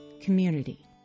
Community